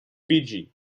fiji